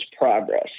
progress